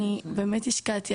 אני באמת השקעתי,